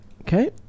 Okay